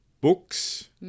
books